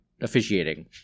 officiating